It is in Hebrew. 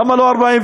למה לא 43,